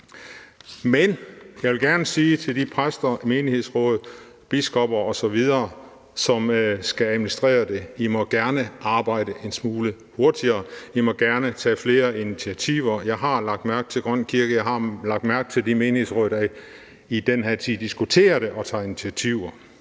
den ordentligt. Men til de præster, menighedsråd, biskopper osv., som skal administrere det, vil jeg gerne sige: I må gerne arbejde en smule hurtigere; I må gerne tage flere initiativer. Jeg har lagt mærke til Grøn Kirke; jeg har lagt mærke til de menighedsråd, der i den her tid diskuterer det og tager initiativer.